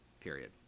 period